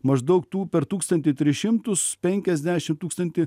maždaug tų per tūkstantį tris šimtus penkiasdešim tūkstantį